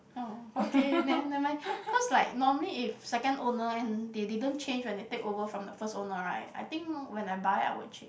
oh okay then never mind cause like normally if second own and they didn't change when they takeover from the first owner right I think when I buy I will change